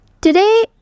Today